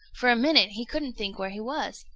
for a minute he couldn't think where he was.